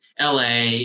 LA